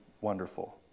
wonderful